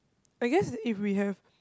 I guess if we have